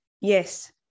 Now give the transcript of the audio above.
Yes